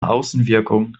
außenwirkung